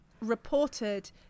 reported